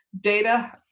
data